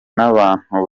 n’abantu